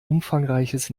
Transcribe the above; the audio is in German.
umfangreiches